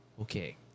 okay